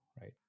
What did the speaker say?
right